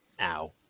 Ow